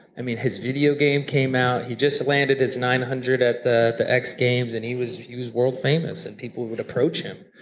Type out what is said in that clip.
i mean, his video game came out, he just landed his nine hundred at the the x-games, and he was world famous and people would approach him.